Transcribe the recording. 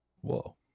Whoa